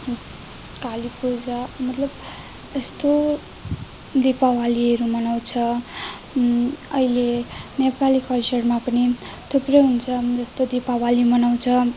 काली पूजा मतलब यस्तो दिपावलीहरू मनाउँछ अहिले नेपाली कल्चरमा पनि थुप्रै हुन्छ जस्तो दिपावली मनाउँछ